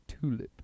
Tulip